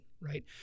right